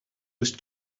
with